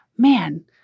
Man